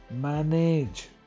manage